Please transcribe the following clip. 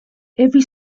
every